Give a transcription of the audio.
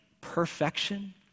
perfection